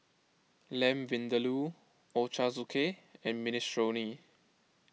Lamb Vindaloo Ochazuke and Minestrone